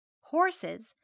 horses